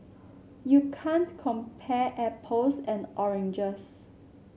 you can't compare apples and oranges